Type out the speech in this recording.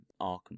Arkham